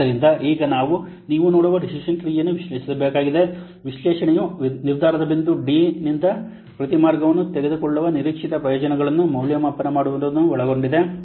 ಆದ್ದರಿಂದ ಈಗ ನಾವು ನೀವು ನೋಡುವ ಡಿಸಿಷನ್ ಟ್ರೀಯನ್ನು ವಿಶ್ಲೇಷಿಸಬೇಕಾಗಿದೆ ವಿಶ್ಲೇಷಣೆಯು ನಿರ್ಧಾರದ ಬಿಂದು ಡಿನಿಂದ ಪ್ರತಿ ಮಾರ್ಗವನ್ನು ತೆಗೆದುಕೊಳ್ಳುವ ನಿರೀಕ್ಷಿತ ಪ್ರಯೋಜನಗಳನ್ನು ಮೌಲ್ಯಮಾಪನ ಮಾಡುವುದನ್ನು ಒಳಗೊಂಡಿದೆ